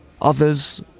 Others